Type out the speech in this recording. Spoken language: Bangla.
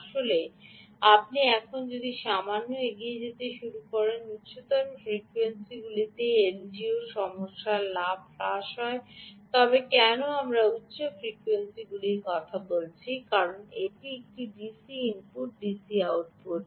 আসলে আপনি এখন যদি সামান্য এগিয়ে যেতে শুরু করেন উচ্চতর ফ্রিকোয়েন্সিগুলিতে এলডিওর লাভ হ্রাস শুরু হয় তবে কেন আমরা উচ্চ ফ্রিকোয়েন্সিগুলির কথা বলছি কারণ এটি একটি ডিসি ইনপুট ডিসি আউটপুট